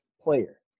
player